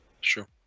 Sure